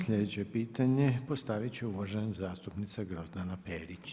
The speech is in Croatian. Sljedeće pitanje postavit će uvažena zastupnica Grozdana Perić.